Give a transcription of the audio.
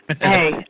Hey